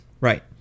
Right